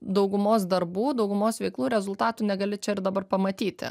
daugumos darbų daugumos veiklų rezultatų negali čia ir dabar pamatyti